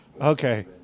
Okay